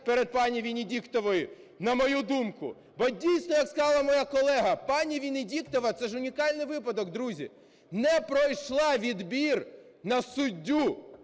перед пані Венедіктовою, на мою думку? Бо дійсно, як сказала моя колега, пані Венедіктова – це ж унікальний випадок, друзі, не пройшла відбір на суддю,